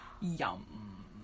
yum